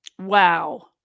Wow